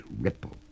ripple